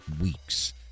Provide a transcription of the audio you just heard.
weeks